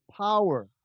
power